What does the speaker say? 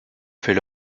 fait